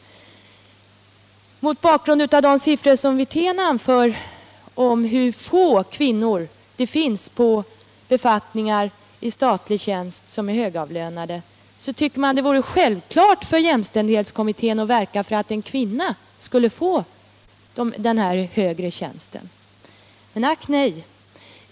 Mot bakgrund av de siffror som herr Wirtén anför om hur få kvinnor det finns på högavlönade befattningar i statlig tjänst tycker man att det borde vara självklart för jämställdhetskommittén att verka för att en kvinna skulle få den här högre tjänsten. Men ack nej!